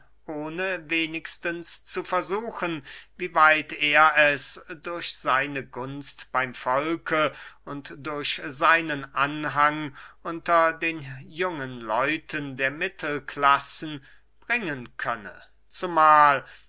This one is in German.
ohne wenigstens zu versuchen wie weit er es durch seine gunst beym volke und durch seinen anhang unter den jungen leuten der mittelklassen bringen könne zumahl